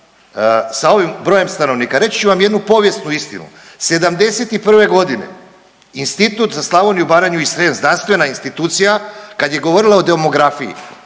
sa ovim brojem stanovnika. Reći ću vam jednu povijesnu istinu. '71. godine Institut za Slavoniju, Baranju i Srijem, znanstvena institucija kad je govorila o demografiji